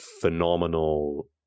phenomenal